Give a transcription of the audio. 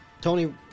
Tony